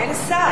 אין שר.